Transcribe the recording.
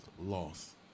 loss